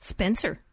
Spencer